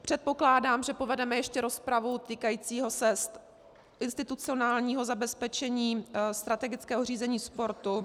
Předpokládám, že povedeme ještě rozpravu týkající se institucionálního zabezpečení strategického řízení sportu.